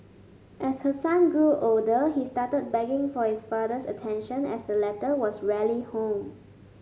as her son grew older he started begging for his father's attention as the latter was rarely home